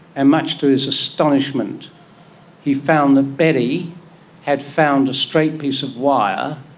and much to his astonishment he found that betty had found a straight piece of wire,